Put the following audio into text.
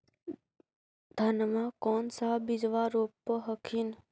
धनमा कौन सा बिजबा रोप हखिन?